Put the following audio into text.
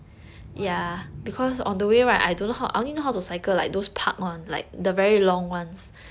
why